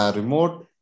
remote